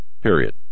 Period